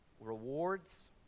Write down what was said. rewards